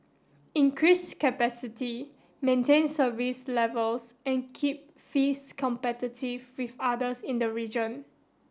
increase capacity maintain service levels and keep fees competitive with others in the region